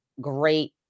great